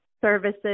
services